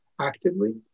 actively